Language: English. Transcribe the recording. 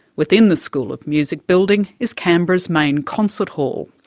within the school of music building is canberra's main concert hall.